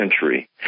century